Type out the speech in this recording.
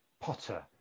Potter